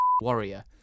warrior